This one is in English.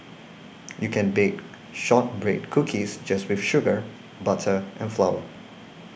you can bake Shortbread Cookies just with sugar butter and flour